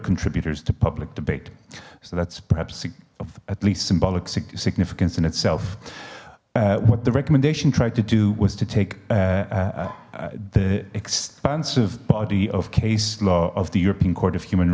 contributors to public debate so that's perhaps at least symbolic significance in itself what the recommendation tried to do was to take the expansive body of case law of the european court of human